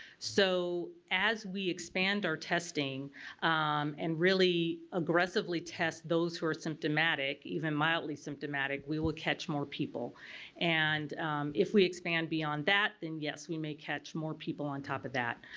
so as we expand our testing and really aggressively test those who are symptomatic, even mildly symptomatic, we will catch more people and if we expand beyond that then yes we may catch more people on top of that.